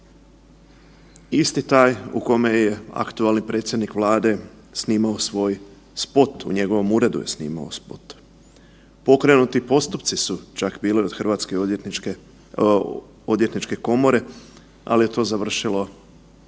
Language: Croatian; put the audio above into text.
isti taj u kome je aktualni predsjednik Vlade snimao svoj spot, u njegovom uredu je snimao spot. Pokrenuti postupci su čak bili od HOK-a, al je to završilo sa